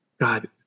God